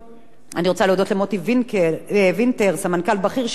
אני רוצה להודות למוטי וינטר, סמנכ"ל בכיר, שעמד